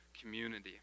community